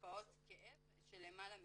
במרפאות כאב של למעלה משנה,